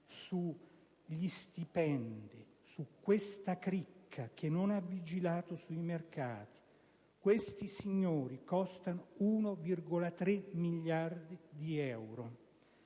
sugli stipendi, di questa cricca che non ha vigilato sui mercati. Questi signori costano 1,3 miliardi di euro.